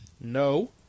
No